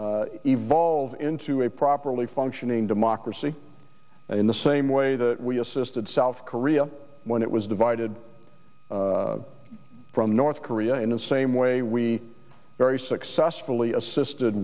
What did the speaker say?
would evolve into a properly functioning democracy in the same way that we assisted south korea when it was divided from north korea in the same way we very successfully assisted